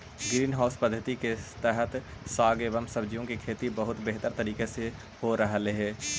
green house पद्धति के तहत साग एवं सब्जियों की खेती बहुत बेहतर तरीके से हो रहलइ हे